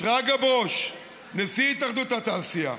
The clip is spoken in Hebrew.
שרגא ברוש, נשיא התאחדות התעשייה,